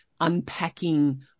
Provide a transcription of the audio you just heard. unpacking